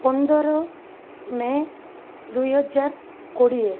ପନ୍ଦର ମେ ଦୁଇହଜାର କୋଡ଼ିଏ